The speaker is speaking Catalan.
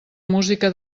música